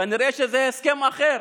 כנראה שזה הסכם אחר,